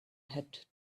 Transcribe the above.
had